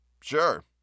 Sure